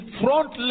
front